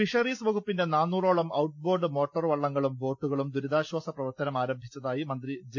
fisheries വകുപ്പിന്റെ നാനൂറോളം outboard motor വള്ള ങ്ങളും ബോട്ടുകളും ദുരിതാശ്വാസ പ്രവർത്തനം ആരംഭിച്ചതായി മന്ത്രി ജെ